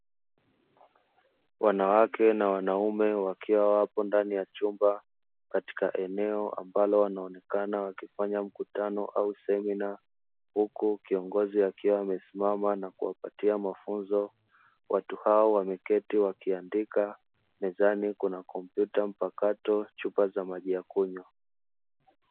Wanawake na wanaume wakiwa wapo ndani ya chumba katika eneo ambalo wanaonekana wakifanya mkutano au semina, huku kiongozi akiwa amesimama na kuwapatia mafunzo, watu hao wameketi wakiandika, mezani kuna kompyuta mpakato chupa za maji ya kunywa.